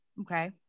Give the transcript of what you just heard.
Okay